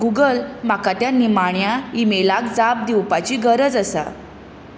Google म्हाका त्या निमाण्या ईमेलाक जाप दिवपाची गरज आसा